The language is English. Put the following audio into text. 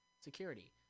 Security